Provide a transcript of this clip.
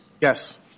Yes